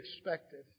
expected